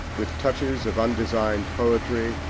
with touches of undesigned poetry,